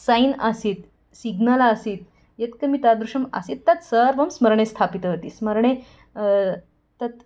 sign आसीत् signal आसीत् यत् किं तादृशम् आसीत् तत्सर्वं स्मरणे स्थापितवती स्मरणे तत्